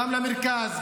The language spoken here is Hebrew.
גם למרכז,